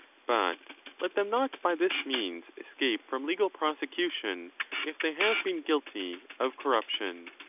but let them not by this means escape from legal prosecution if they have been guilty of corruption.